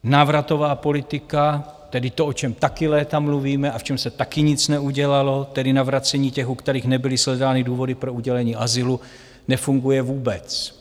Návratová politika, tedy to, o čem taky léta mluvíme a v čem se taky nic neudělalo, tedy navracení těch, u kterých nebyly shledány důvody pro udělení azylu, nefunguje vůbec.